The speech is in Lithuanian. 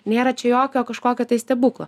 nėra čia jokio kažkokio tai stebuklo